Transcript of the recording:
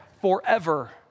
forever